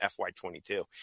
FY22